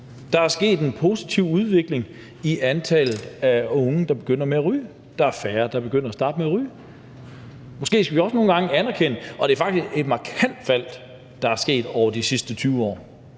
der er sket en positiv udvikling i antallet af unge, der begynder med at ryge. Der er færre, der starter med at ryge. Måske skal vi også nogle gange anerkende det, og det er faktisk et markant fald, der er sket over de sidste 20 år;